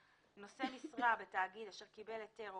30א.(1)נושא משרה בתאגיד אשר קיבל היתר או